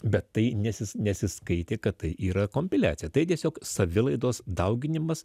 bet tai nesis nesiskaitė kad tai yra kompiliacija tai tiesiog savilaidos dauginimas